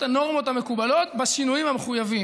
הנורמות המקובלות בשינויים המחויבים.